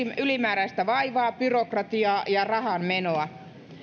ylimääräistä vaivaa byrokratiaa ja rahanmenoa